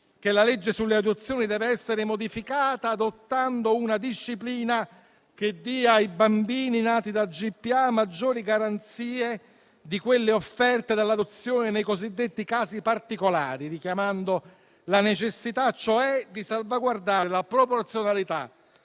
che la legge sulle adozioni deve essere modificata adottando una disciplina che dia ai bambini nati da GPA maggiori garanzie di quelle offerte dall'adozione nei cosiddetti casi particolari, richiamando la necessità cioè di salvaguardare la proporzionalità